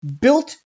built